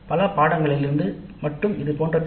படிப்புகளிலிருந்து தனியாக இதுபோன்ற பி